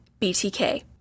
BTK